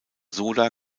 soda